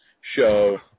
show